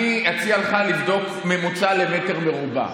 אני אציע לך לבדוק ממוצע למטר מרובע.